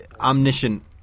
omniscient